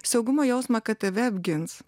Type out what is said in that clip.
saugumo jausmą kad tave apgins